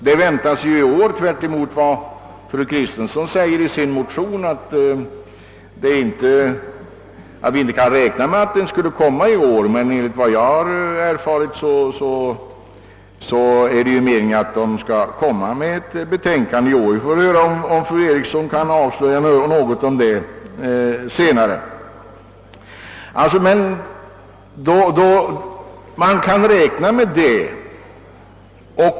Det väntas nämligen enligt vad jag har erfarit — och tvärtemot vad fru Kristensson skriver i sin motion — ske i år. Vi får höra om fru Eriksson kan avslöja något om detta senare.